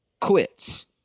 quits